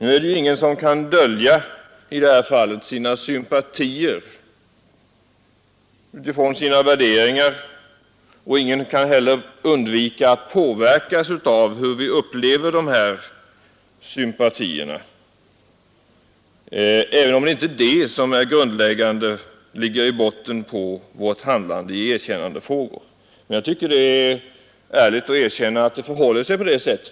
I Vietnamfrågan är det ingen av oss som kan dölja sina sympatier utifrån sina värderingar, och vi kan inte heller undvika att påverkas av hur vi upplever de här sympatierna, även om det inte är det som ligger i botten på vårt handlande i erkännandefrågor. Jag tycker det bör medges att det förhåller sig på det sättet.